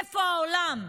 איפה העולם?